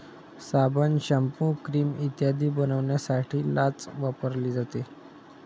साबण, shampoo, cream इत्यादी बनवण्यासाठी लाच वापरली जाते